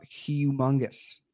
humongous